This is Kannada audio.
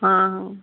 ಹಾಂ ಹಾಂ